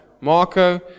Marco